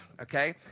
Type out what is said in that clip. okay